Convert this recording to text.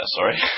Sorry